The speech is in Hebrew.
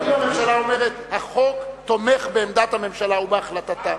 אבל אם הממשלה אומרת: החוק תומך בעמדת הממשלה ובהחלטתה,